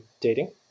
dating